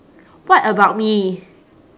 what about me